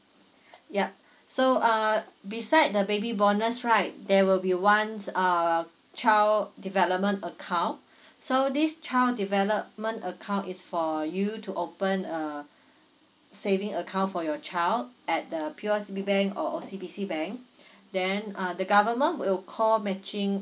yup so uh beside the baby bonus right there will be once uh child development account so this child development account is for you to open a saving account for your child at the P_O_S_B bank or O_C_B_C bank then uh the government will co matching